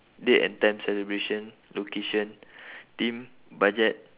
date and time celebration location theme budget